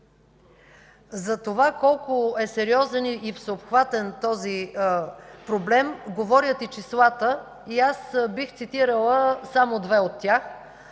За това колко е сериозен и всеобхватен този проблем говорят и числата и аз бих цитирала само две от тях.